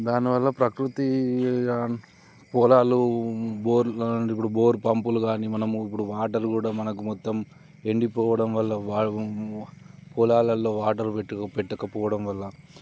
దానివల్ల ప్రకృతి పొలాలు బోర్ ఇప్పుడు బోర్ పంపులు కానీ మనము ఇప్పుడు వాటర్ కూడా మనకు మొత్తం ఎండిపోవడం వల్ల పొలాలల్లో వాటర్ పెట్టక పెట్టకపోవడం వల్ల